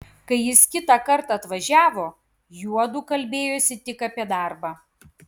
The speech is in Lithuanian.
kai jis kitą kartą atvažiavo juodu kalbėjosi tik apie darbą